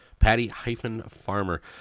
patty-farmer